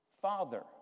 Father